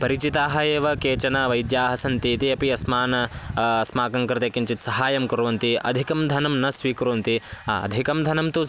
परिचिताः एव केचन वैद्याः सन्ति इति अपि अस्मान् अस्माकङ्कृते किञ्चित् सहायं कुर्वन्ति अधिकं धनं न स्वीकुर्वन्ति अधिकं धनं तु